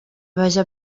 vaja